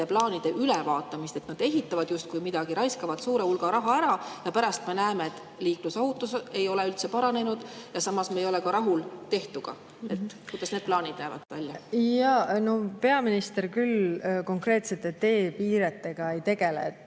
plaanide ülevaatamist? Nad ehitavad justkui midagi, raiskavad suure hulga raha ära, aga pärast me näeme, et liiklusohutus ei ole üldse paranenud, samas me ei ole rahul tehtuga. Kuidas need plaanid näevad välja? Jaa. No peaminister küll konkreetsete teepiiretega ei tegele. See